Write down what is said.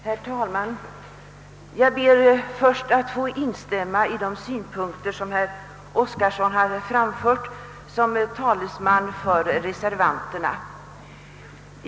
Herr talman! Jag ber till en början att få instämma i de synpunkter som herr Oskarson såsom talesman för reservanterna här framfört.